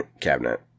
cabinet